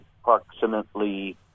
approximately